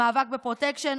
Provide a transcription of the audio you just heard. המאבק בפרוטקשן,